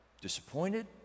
disappointed